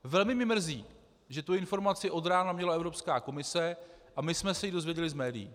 Velmi mě mrzí, že tu informaci od rána měla Evropská komise a my jsme se ji dozvěděli z médií.